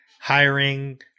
hiring